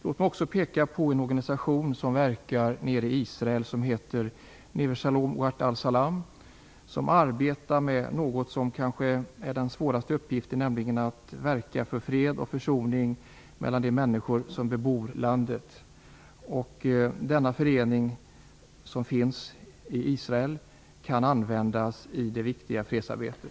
Det finns en organisation nere i Israel som arbetar med något som kanske är den svåraste uppgiften, nämligen att verka för fred och försoning mellan de människor som bebor landet. Denna förening i Israel kan också användas i det viktiga fredsarbetet.